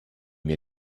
mir